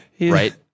Right